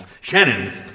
Shannon's